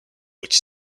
which